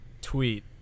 Tweet